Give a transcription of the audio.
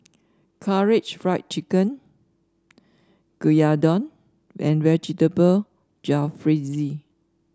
Karaage Fried Chicken Gyudon and Vegetable Jalfrezi